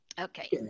Okay